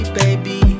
baby